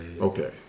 Okay